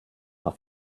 auf